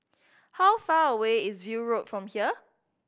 how far away is View Road from here